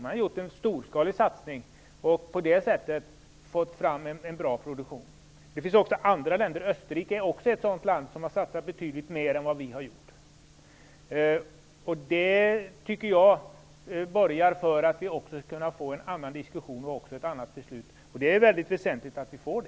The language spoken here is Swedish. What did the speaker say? Man har gjort en storskalig satsning och på det sättet fått fram en bra produktion. Det finns också andra länder. Österrike är ett land som också har satsat betydligt mer än vad vi har gjort. Jag tycker att det borgar för att vi skall kunna få en annan diskussion och ett annat beslut. Det är väldigt väsentligt att vi får det.